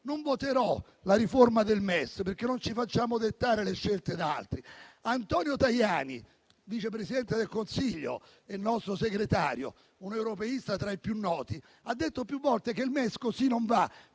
votato la riforma del MES, perché non ci facciamo dettare le scelte da altri. Antonio Tajani, vice presidente del Consiglio e nostro segretario, un europeista tra i più noti, ha detto più volte che il MES così non va,